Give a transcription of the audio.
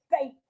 faith